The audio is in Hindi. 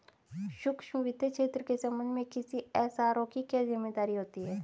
सूक्ष्म वित्त क्षेत्र के संबंध में किसी एस.आर.ओ की क्या जिम्मेदारी होती है?